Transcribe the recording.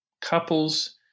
Couples